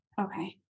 okay